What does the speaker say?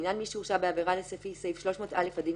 לעניין מי שהורשע בעבירה לפי סעיף 300א לדין